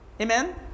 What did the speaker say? Amen